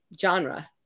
genre